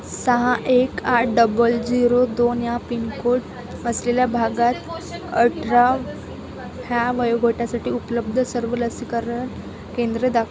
सहा एक आठ डबल झिरो दोन या पिनकोड असलेल्या भागात अठरा ह्या वयोगटासाठी उपलब्ध सर्व लसीकरण केंद्र दा